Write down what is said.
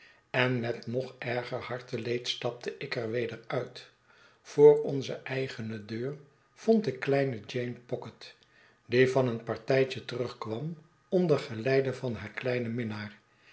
en met nog erger harteleed stapte ik er weder uit voor onze eigene deur vond ik kleine jeane pocket die van een partijtje terugkwam onder geleide van haar kleinen minnaar